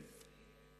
בפריס, כן.